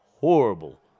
horrible